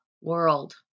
world